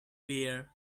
beer